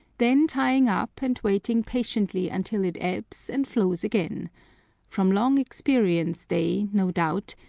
then tying up and waiting patiently until it ebbs and flows again from long experience they, no doubt,